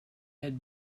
had